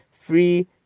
free